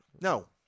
No